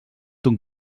ton